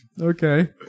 Okay